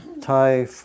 Thai